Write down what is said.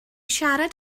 siarad